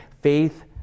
faith